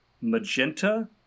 magenta